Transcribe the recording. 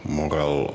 moral